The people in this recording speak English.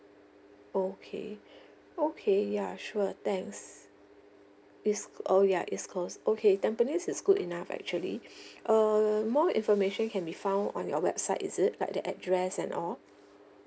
okay okay ya sure thanks east oh ya east coast okay tampines is good enough actually err more information can be found on your website is it like the address and all